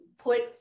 put